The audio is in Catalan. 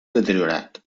deteriorat